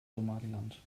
somaliland